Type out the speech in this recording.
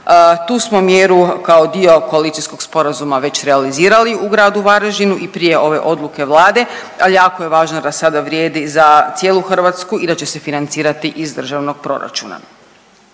Tu smo mjeru kao dio koalicijskog sporazuma već realizirali u gradu Varaždinu i prije ove odluke Vlade, ali jako je važno da sada vrijedi za cijelu Hrvatsku i da će se financirati iz državnog proračuna.